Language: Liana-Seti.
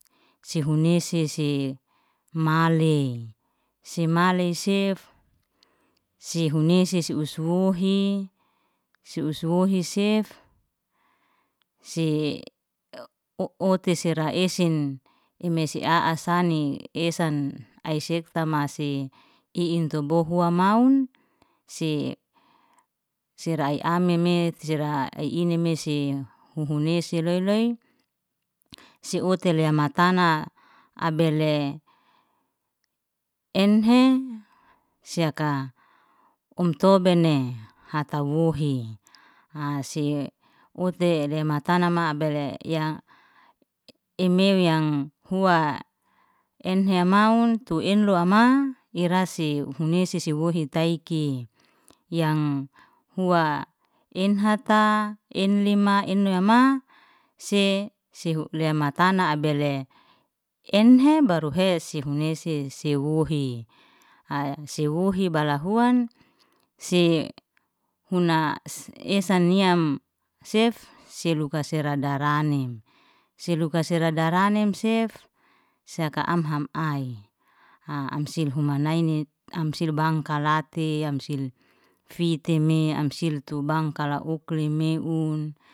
Si huni sese malei se malei sef se huni sese usuhi si usuwuhi sef sei oti sera esen ime si a'as sani esan ai seftam masi i'in tu bohuna maun, si sira ai amime siraa ai ini me huhuni si loy- loy, si uti le matana abele enhe sia'ka om tobene hata wohi asi uti lema tanama abele ya emeu yang hua enhe amaun tu enlo ama ira se huna sesewohi taiki, yang hua enhata, enlima, ennoi ama se sehu lea matna abele enhe baruhe si hunese sewuhi, ai sewuhi bala huan sei hunas esan niam sef seluka se radaranim, si luka se radaranim sef sehaka amham ai amsi humanaini am silu bangkala late amsil fiteme am siltu bangkala ukle meun.